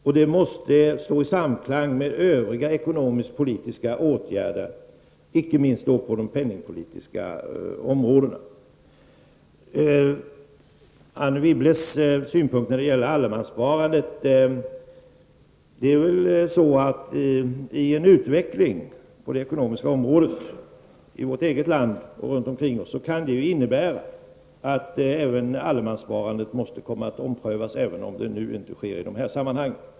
Och detta måste stå i samklang med övriga ekonomiskpolitiska åtgärder, inte minst på det penningpolitiska området. Beträffande Anne Wibbles synpunkt när det gäller allemanssparandet vill jag säga följande. I en utveckling på det ekonomiska området i vårt eget land och runt omkring oss kan det ju hända att även allemanssparandet måste komma att omprövas, även om det nu inte sker i dessa sammanhang.